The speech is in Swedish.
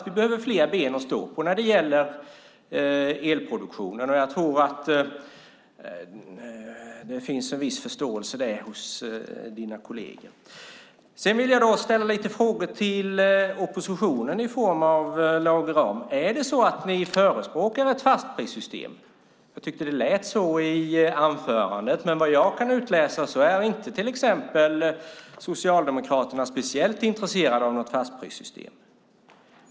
Vi behöver fler ben att stå på när det gäller elproduktionen, och jag tror att det finns en viss förståelse för det hos dina kolleger. Sedan vill jag ställa lite frågor till oppositionen i form av Lage Rahm. Är det så att ni förespråkar ett fastprissystem? Jag tyckte att det lät så i anförandet. Men vad jag kan utläsa är inte till exempel Socialdemokraterna speciellt intresserade av något fastprissystem.